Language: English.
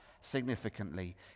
significantly